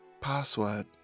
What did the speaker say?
password